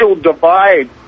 divide